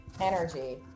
energy